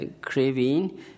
craving